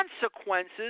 consequences